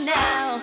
now